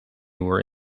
were